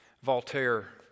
Voltaire